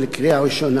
לקריאה ראשונה.